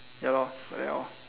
ya lor like that lor